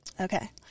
Okay